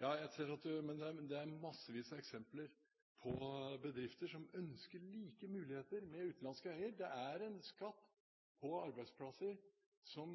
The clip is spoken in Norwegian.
Det er massevis av eksempler på bedrifter som ønsker de samme mulighetene som utenlandske eiere. Det er en skatt på arbeidsplasser som